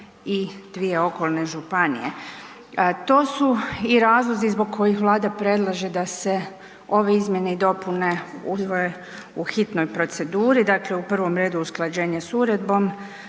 i dvije okolne županije. To su i razlozi zbog kojih Vlada predlaže da se ove izmjene i dopune usvoje u hitnoj proceduri. Dakle, u prvom redu usklađenje s uredbom,